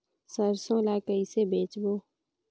सरसो ला कइसे बेचबो?